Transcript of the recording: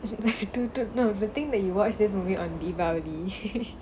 is it like you know the thing that you watch this movie on deepavali